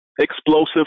explosive